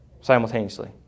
simultaneously